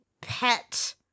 pet